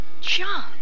John